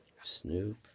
Snoop